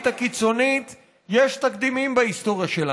הקיצונית יש תקדימים בהיסטוריה שלנו,